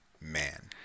man